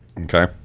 Okay